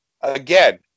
Again